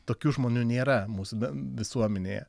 tokių žmonių nėra mūsų ben visuomenėje